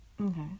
Okay